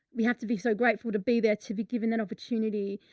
we have to be so grateful to be there, to be given an opportunity.